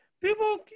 People